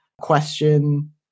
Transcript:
question